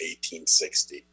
1860